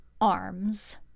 arms